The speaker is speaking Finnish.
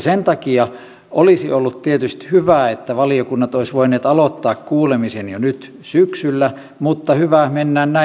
sen takia olisi ollut tietysti hyvä että valiokunnat olisivat voineet aloittaa kuulemisen jo nyt syksyllä mutta hyvä mennään näin